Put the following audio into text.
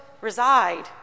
reside